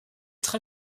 très